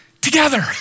together